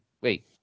wait